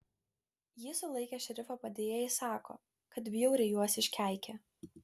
jį sulaikę šerifo padėjėjai sako kad bjauriai juos iškeikė